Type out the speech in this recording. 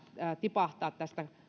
tipahtaa tästä